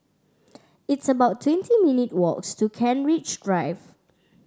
it's about twenty minute walks to Kent Ridge Drive